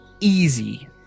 easy